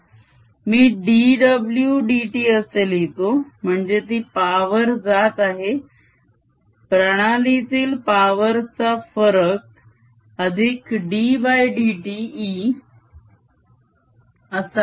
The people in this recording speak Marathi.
10 मी dw dt असे लिहितो म्हणजे ती पावर जात आहे - प्रणालीतील पावर चा फरक अधिक ddt E होय